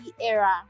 era